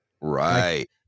Right